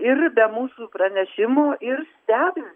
ir be mūsų pranešimo ir stebim stebim